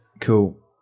Cool